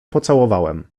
pocałowałem